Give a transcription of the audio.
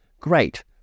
Great